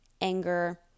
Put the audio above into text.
anger